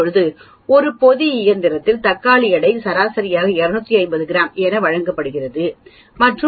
இப்போது ஒரு பொதி இயந்திரத்தில் தக்காளி எடை சராசரி 250 கிராம் என வழங்கப்படுகிறது மற்றும் 0